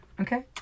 Okay